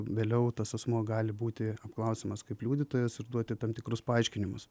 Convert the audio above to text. vėliau tas asmuo gali būti apklausiamas kaip liudytojas ir duoti tam tikrus paaiškinimus